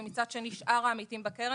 ומצד שני שאר העמיתים בקרן,